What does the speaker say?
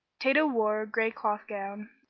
tato wore a gray cloth gown,